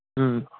ꯎꯝ